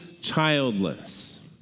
childless